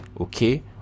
Okay